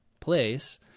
place